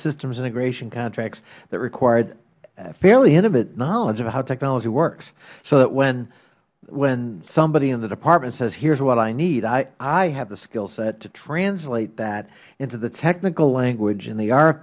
systems integration contracts that require fairly intimate knowledge of how technology works so that when somebody in the department says here is what i need i have the skill set to translate that into the technical language and the r